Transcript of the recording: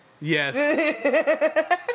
Yes